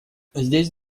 здесь